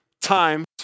times